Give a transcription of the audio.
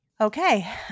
Okay